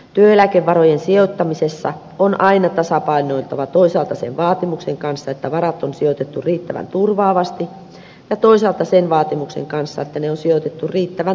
työeläkevarojen sijoittamisessa on aina tasapainoiltava toisaalta sen vaatimuksen kanssa että varat on sijoitettu riittävän turvaavasti ja toisaalta sen vaatimuksen kanssa että ne on sijoitettu riittävän tuottavasti